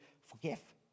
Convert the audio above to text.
forgive